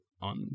on